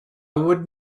would